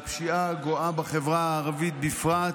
עם הפשיעה הגואה בחברה הערבית בפרט,